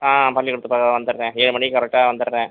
ஆ பண்ணிகொடுத்துவிட்டு வந்து விடுகிறேன் ஏழு மணிக்கு கரட்டாக வந்து விடுகிறேன்